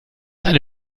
eine